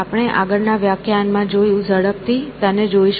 આપણે આગળના વ્યાખ્યાયન માં જોયું ઝડપથી તેને જોઈશું